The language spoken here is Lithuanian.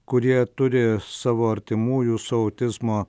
kurie turi savo artimųjų su autizmo